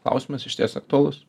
klausimas išties aktualus